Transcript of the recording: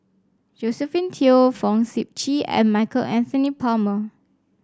Josephine Teo Fong Sip Chee and Michael Anthony Palmer